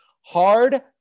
hard